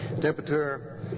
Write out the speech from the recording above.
temperature